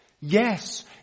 Yes